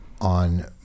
on